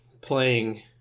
playing